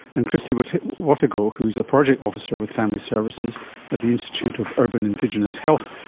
and kristie but watego who is a project officer with family services at the institute of urban indigenous health,